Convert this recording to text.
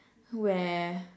where